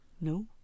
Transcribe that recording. no